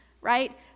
right